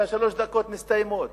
כי שלוש הדקות מסתיימות,